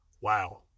Wow